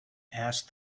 asked